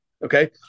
Okay